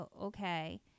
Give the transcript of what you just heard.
okay